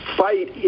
fight